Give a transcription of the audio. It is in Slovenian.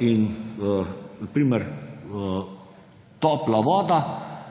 In na primer, topla voda